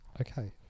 okay